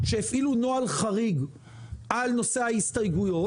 שהפעילו נוהל חריג על נושא ההסתייגויות